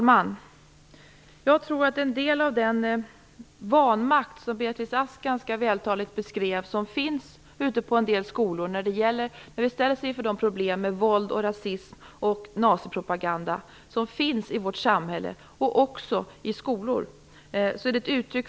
Fru talman! Den vanmakt som Beatrice Ask vältaligt beskrev och som man känner på en del av de skolor där man ställs inför problem med våld, rasism och nazipropaganda känner även vi som deltar i den här debatten.